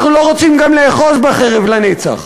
אנחנו לא רוצים גם לאחוז בחרב לנצח.